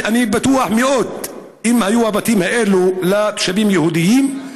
אני בטוח מאוד שאם היו הבתים האלה של תושבים יהודים,